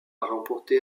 remporté